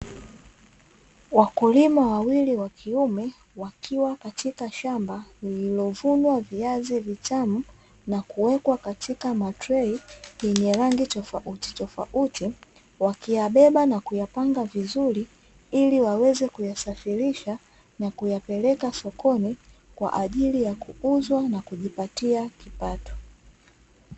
Wakulima wawili wa kiume wakiwa katika shamba lililovunwa viazi vitamu na kuweka katika matrei yenye rangi tofautitofauti wakiyabeba na kuyapanga vizuri ili waweze kuyasafirisha na kuyapeleka sokoni kwa ajili ya kuuzwa na kujipatia kipato.